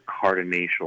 cardinal